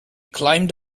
climbed